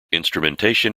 instrumentation